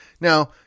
Now